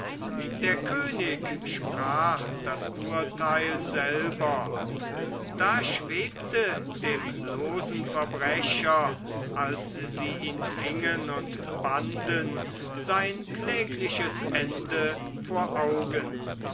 der könig sprach das urteil selber da schwebte dem losen verbrecher als sie ihn fingen und banden sein klägliches ende vor augen